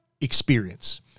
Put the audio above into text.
experience